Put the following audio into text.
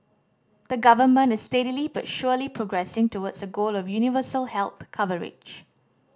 the government is steadily but surely progressing towards a goal of universal health coverage